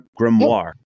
Grimoire